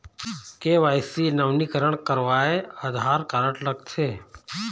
KYC नवीनीकरण करवाये Aadhaar card लगथे?